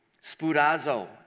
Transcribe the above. Spurazo